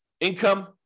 Income